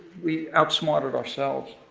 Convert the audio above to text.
we outsmarted ourselves,